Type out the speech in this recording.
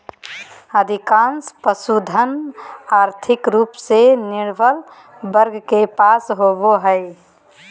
अधिकांश पशुधन, और्थिक रूप से निर्बल वर्ग के पास होबो हइ